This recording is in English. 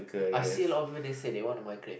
I see a lot of people they say they wanna migrate